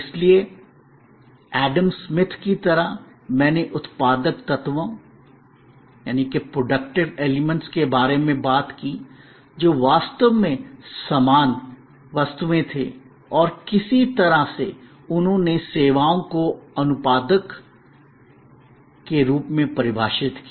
इसलिए Adam Smith की तरह मैंने उत्पादक तत्वों प्रोडक्टिव एलिमेंट्स productive elements के बारे में बात की जो वास्तव में सामान वस्तुएं थे और किसी तरह से उन्होंने सेवाओं को अनुत्पादकअनप्रॉडक्टिव unproductive के रूप में परिभाषित किया